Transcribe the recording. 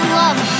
love